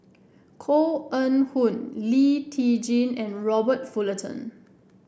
Koh Eng Hoon Lee Tjin and Robert Fullerton